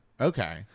okay